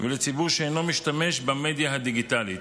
ולציבור שאינו משתמש במדיה הדיגיטלית.